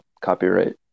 copyright